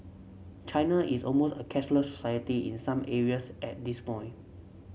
China is almost a cashless society in some areas at this point